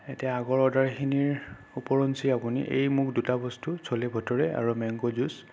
এতিয়া আগৰ অৰ্ডাৰখিনিৰ উপৰঞ্চি আপুনি এই মোক দুটা বস্তু চ'লে ভ'টোৰে আৰু মেংগ' জুচ